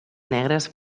negres